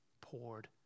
poured